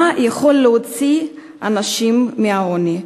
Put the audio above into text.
מה יכול להוציא אנשים מהעוני?